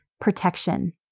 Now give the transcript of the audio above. protection